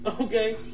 Okay